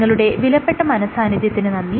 നിങ്ങളുടെ വിലപ്പെട്ട മനഃസാന്നിധ്യത്തിന് നന്ദി